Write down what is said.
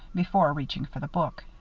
before reaching for the book.